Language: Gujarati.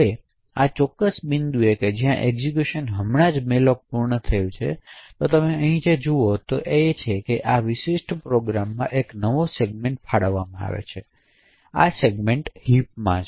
હવે આ ચોક્કસ બિંદુએ જ્યારે એક્ઝેક્યુશન હમણાં જ malloc પૂર્ણ થયું છે તેથી તમે અહીં જે જુઓ છો તે એ છે કે આ વિશિષ્ટ પ્રોગ્રામમાં એક નવો સેગમેન્ટ ફાળવવામાં આવે છે તેથી આ સેગમેન્ટ હિપમાં છે